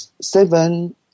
seven